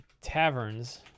taverns